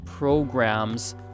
Programs